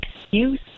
excuse